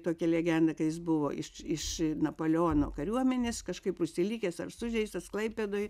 tokia legenda kad jis buvo iš iš napoleono kariuomenės kažkaip užsilikęs ar sužeistas klaipėdoj